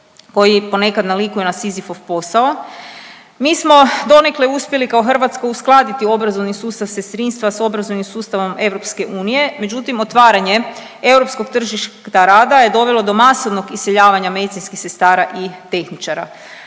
koji ponekad nalikuje na Sizifov posao. Mi smo donekle uspjeli kao Hrvatska uskladiti obrazovni sustav sestrinstva s obrazovnim sustavom EU, međutim otvaranje europskog tržišta rada je dovelo do masovnog iseljavanja medicinskih sestara i tehničara.